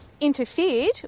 interfered